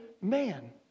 man